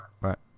right